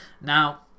now